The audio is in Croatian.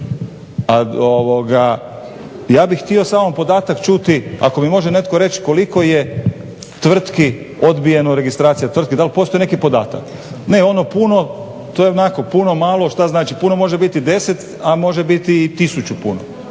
ja bih htio samo podatak čuti, ako mi može netko reći koliko je tvrtki odbijeno u registracija tvrtki, da li postoji neki podatak. Ne ono puno, malo, što znači puno, može biti 10, a može biti i 1000 puno,